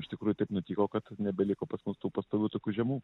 iš tikrųjų taip nutiko kad nebeliko pas mus tų pastovių tokių žiemų